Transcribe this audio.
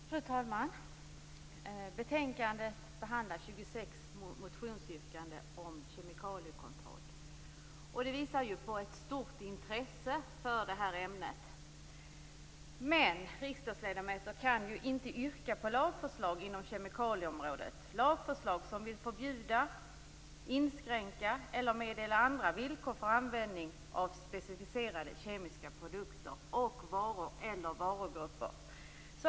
Fru talman! I detta betänkande behandlas 26 motionsyrkanden om kemikaliekontroll. Det visar på ett stort intresse för det här ämnet. Men riksdagsledamöter kan inom kemikalieområdet inte yrka på lagförslag som syftar till att förbjuda, inskränka eller meddela andra villkor för användning av specificerade kemiska produkter och varor eller varugrupper.